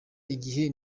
igihe